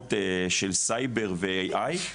בעולמות של סייבר ו AI,